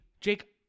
jake